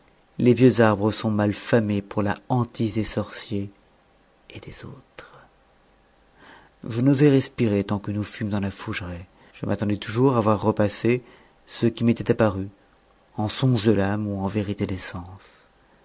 les vieux arbres sont mal famés pour la hantise des sorciers et des autres je n'osai respirer tant que nous fûmes dans la fougeraie je m'attendais toujours à voir repasser ce qui m'était apparu en songe de l'âme ou en vérité